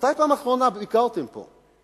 מתי בפעם האחרונה ביקרתם פה?